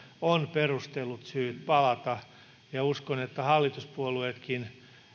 on perustellut syyt palata uskon että hallituspuolueetkin